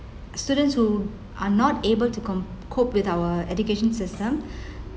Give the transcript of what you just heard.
students who are not able to com~ cope with our education system